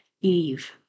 Eve